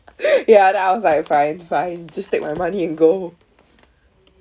ya then I was like fine fine just take my money and go